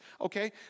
okay